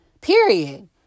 period